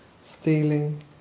stealing